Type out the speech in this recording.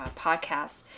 podcast